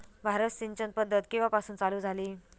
भारतात सिंचन पद्धत केवापासून चालू झाली?